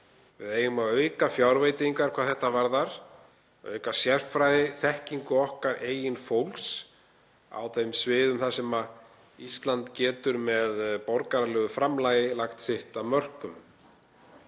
Við eigum að auka fjárveitingar hvað þetta varðar, auka sérfræðiþekkingu okkar eigin fólks á þeim sviðum þar sem Ísland getur með borgaralegu framlagi lagt sitt af mörkum.